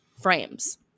frames